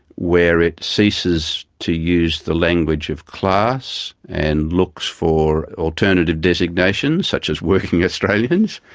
where it ceases to use the language of class and looks for alternative designations, such as working australians,